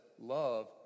Love